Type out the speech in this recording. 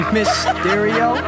Mysterio